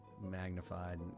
magnified